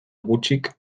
gutxik